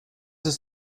ist